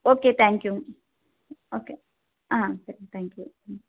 okay thank you okay ஆ சரிங்க thank you ம்